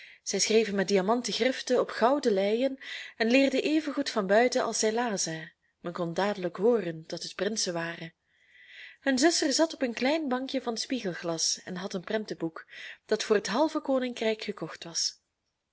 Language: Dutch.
zij schreven met diamanten griften op gouden leien en leerden even goed van buiten als zij lazen men kon dadelijk hooren dat het prinsen waren hun zuster elize zat op een klein bankje van spiegelglas en had een prentenboek dat voor het halve koninkrijk gekocht was